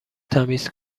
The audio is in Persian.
تمیز